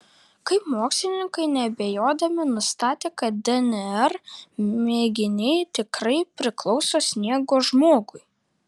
kaip mokslininkai neabejodami nustatė kad dnr mėginiai tikrai priklauso sniego žmogui